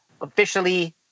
officially